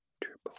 Triple